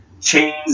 chains